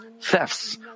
thefts